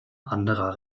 anderer